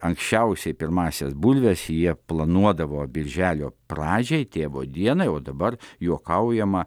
anksčiausiai pirmąsias bulves jie planuodavo birželio pradžiai tėvo dienai o dabar juokaujama